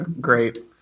great